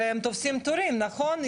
הרי הם תוספים תורים נכון?